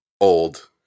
old